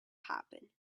happen